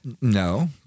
No